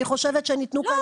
אני חושבת שניתנו פה תשובות.